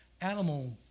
animal